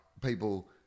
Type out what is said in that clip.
people